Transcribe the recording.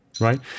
right